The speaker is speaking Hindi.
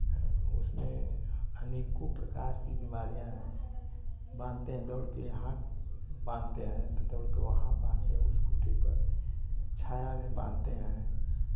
उसमें अनेकों प्रकार की बीमारियाँ हैं बांधते हैं दौड़ के यहां बांधते हैं तो दौड़ के वहां बांधते हैं उस खुट्टी पर छाया में बांधते हैं